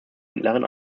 mittleren